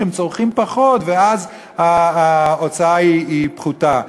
הם צורכים פחות ואז ההוצאה פחותה.